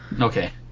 Okay